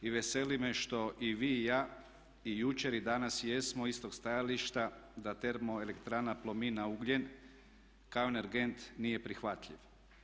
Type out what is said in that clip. I veseli me što i vi i ja i jučer i danas jesmo istog stajališta da termoelektrana Plomin na ugljen kao energent nije prihvatljiv.